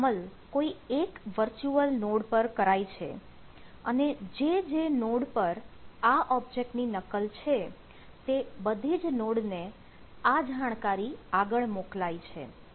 તેનો અમલ કોઈ એક વર્ચ્યુઅલ નોડ પર કરાય છે અને જે જે નોડ પર આ ઓબ્જેક્ટ ની નકલ છે તે બધી જ નોડ ને આ જાણકારી આગળ મોકલાય છે